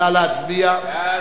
נא להצביע,